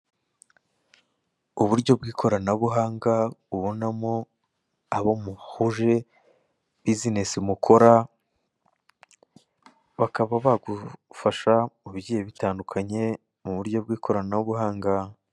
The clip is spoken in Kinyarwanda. Uburyo bw'ikoranabuhanga ubonamo abo muhuje bizinesi mukora bakaba bagufasha mu bigiye bitandukanye mu buryo bw'ikoranabuhanga.